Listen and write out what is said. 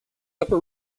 upper